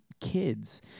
kids